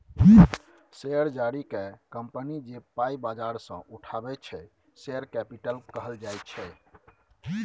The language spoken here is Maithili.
शेयर जारी कए कंपनी जे पाइ बजार सँ उठाबैत छै शेयर कैपिटल कहल जाइ छै